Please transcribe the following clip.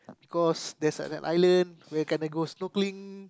because that's an island where I can go snorkeling